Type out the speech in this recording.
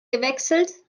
gewechselt